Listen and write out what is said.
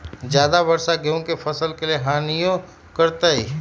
ज्यादा वर्षा गेंहू के फसल के हानियों करतै?